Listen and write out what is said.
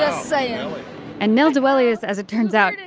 sayo and milda. well, he is. as it turns out,